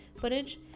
footage